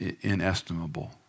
inestimable